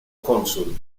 cónsul